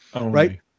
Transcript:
Right